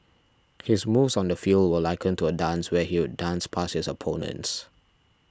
his moves on the field were likened to a dance where he'd dance past his opponents